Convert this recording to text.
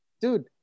dude